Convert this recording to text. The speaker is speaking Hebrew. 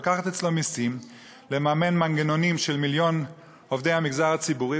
לוקחת אצלו מסים לממן מנגנונים של מיליון עובדי המגזר הציבורי,